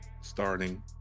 starting